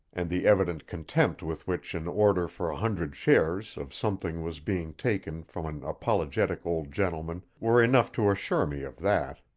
and the evident contempt with which an order for a hundred shares of something was being taken from an apologetic old gentleman were enough to assure me of that.